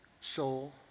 soul